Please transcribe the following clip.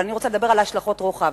אבל אני רוצה לדבר על השלכות הרוחב.